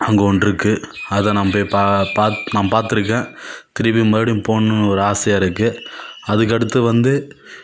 அங்கே ஒன்றுக்கு அதை நான் போய் பா பா நான் பார்த்துருக்கேன் திருப்பி மறுபடியும் போகணுன்னு ஒரு ஆசையாக இருக்குது அதுக்கடுத்து வந்து